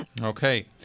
Okay